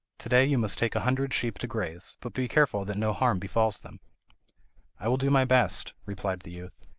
to-day you must take a hundred sheep to graze but be careful that no harm befalls them i will do my best replied the youth.